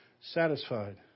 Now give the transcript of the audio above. satisfied